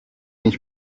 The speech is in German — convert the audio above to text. ich